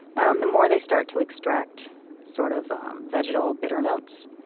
um the more they start to extract sort of vegetal bitter notes.